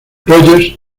rogers